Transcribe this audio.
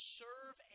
serve